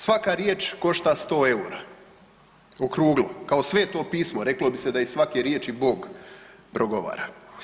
Svaka riječ košta sto eura okruglo kao sveto pismo, reklo bi se da iz svake riječi Bog progovara.